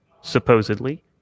supposedly